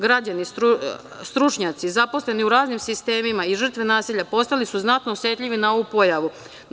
Građani, stručnjaci zaposleni u raznim sistemima i žrtve nasilja postali su znatno osetljivi na ovu pojavu.